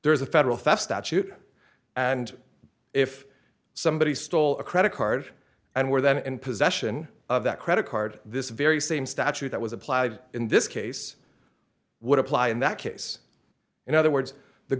there is a federal theft statute and if somebody stole a credit card and were that in possession of that credit card this very same statute that was applied in this case would apply in that case in other words the